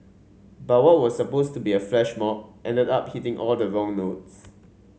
but what was supposed to be a flash mob ended up hitting all the wrong notes